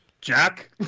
Jack